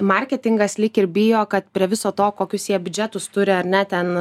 marketingas lyg ir bijo kad prie viso to kokius jie biudžetus turi ar ne ten